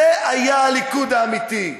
זה היה הליכוד האמיתי,